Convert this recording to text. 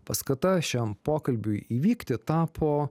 paskata šiam pokalbiui įvykti tapo